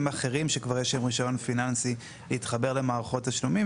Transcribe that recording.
אחרים שכבר יש להם רישיון פיננסי להתחבר למערכות תשלומים